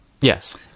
Yes